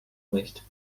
recht